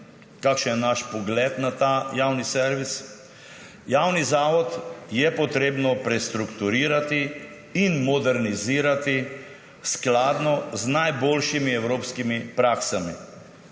kakšen je naš pogled na ta javni servis? Javni zavod je potrebno prestrukturirati in modernizirati skladno z najboljšimi evropskimi praksami.